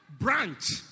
branch